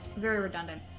very redundant